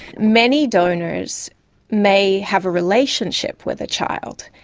many donors may have a relationship with the child,